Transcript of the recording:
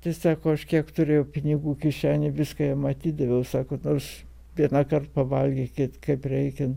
tai sako aš kiek turėjau pinigų kišenėj viską jam atidaviau sako nors vienąkart pavalgykit kaip reikian